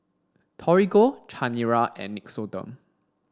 Torigo Chanira and Nixoderm